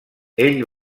ell